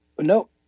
no